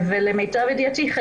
למיטב ידיעתי,